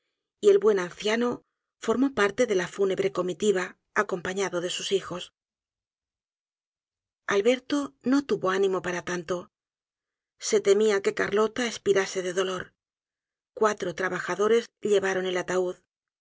y el buen anciano foímó parte de lafúnebre comitiva acompañado de sus hijos alberto no tuvo ánimo para tanto se temia que carlota espirase de dolor cuatro trabajadores llevaron el ataúd